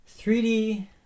3D